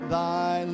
Thy